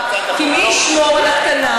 כי מי ישמור על הקטנה.